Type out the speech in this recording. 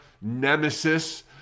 nemesis